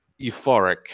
euphoric